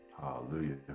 Hallelujah